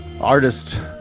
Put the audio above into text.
artist